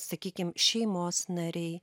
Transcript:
sakykim šeimos nariai